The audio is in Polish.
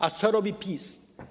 A co robi PiS?